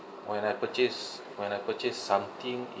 when I purchase when I purchase something